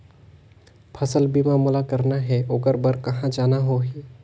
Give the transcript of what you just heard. फसल बीमा मोला करना हे ओकर बार कहा जाना होही?